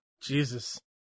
Jesus